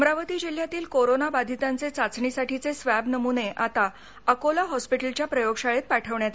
अमरावती जिल्ह्यातील कोरोना बाधितांचे चाचणी साठीचे स्वॅब नमुने आता अकोला हॉस्पिटलच्या प्रयोगशाळेत पाठवण्यात येणार आहेत